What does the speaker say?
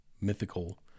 mythical